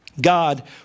God